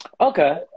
Okay